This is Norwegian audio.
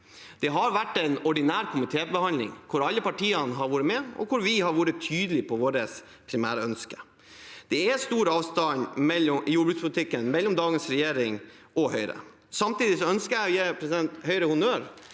Det har vært en ordinær komitébehandling hvor alle partiene har vært med, og hvor vi har vært tydelig på våre primærønsker. Det er stor avstand i jordbrukspolitikken mellom dagens regjering og Høyre. Samtidig ønsker jeg å gi Høyre honnør